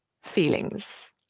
feelings